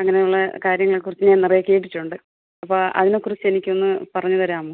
അങ്ങനുള്ള കാര്യങ്ങളെ കുറിച്ചും ഞാൻ നിറയെ കേട്ടിട്ടുണ്ട് അപ്പോള് അതിനെ കുറിച്ചെനിക്കൊന്ന് പറഞ്ഞുതരാമോ